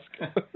ask